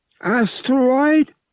Asteroid